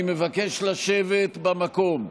אני מבקש לשבת במקום.